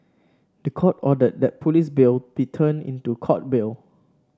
the court ordered that police bail be turned into court bail